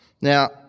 Now